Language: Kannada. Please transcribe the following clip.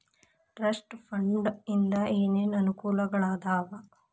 ಟ್ರಸ್ಟ್ ಫಂಡ್ ಇಂದ ಏನೇನ್ ಅನುಕೂಲಗಳಾದವ